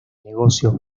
negocios